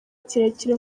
kirekire